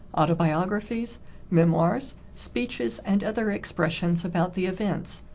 autobiographies memoirs, speeches, and other expressions about the events.